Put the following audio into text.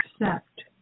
accept